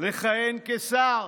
מלכהן כשר.